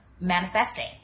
manifesting